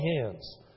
hands